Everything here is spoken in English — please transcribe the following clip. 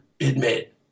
admit